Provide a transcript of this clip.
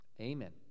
Amen